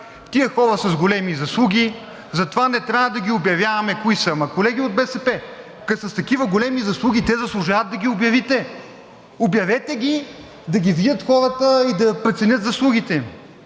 „Тези хора са с големи заслуги, затова не трябва да ги обявяваме кои са.“ Ама, колеги от БСП, като са с такива големи заслуги, те заслужават да ги обявите. Обявете ги, да ги видят хората и да преценят заслугите